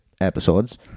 episodes